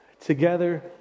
together